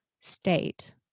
state